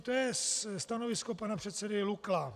To je stanovisko pana předsedy Lukla.